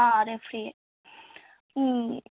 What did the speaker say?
రేపు ఫ్రీయే